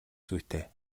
зүйтэй